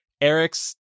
Eric's